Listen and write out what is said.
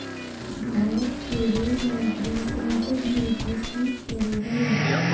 भारत के रेल मंत्री संसद में प्रस्तुत करो हइ